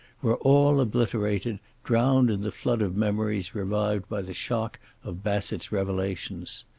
were all obliterated, drowned in the flood of memories revived by the shock of bassett's revelations.